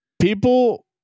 People